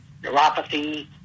neuropathy